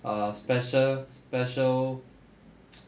err special special